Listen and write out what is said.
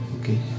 Okay